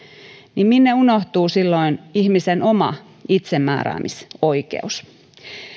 niin minne unohtuu silloin ihmisen oma itsemääräämisoikeus